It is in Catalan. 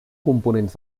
components